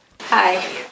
Hi